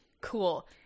Cool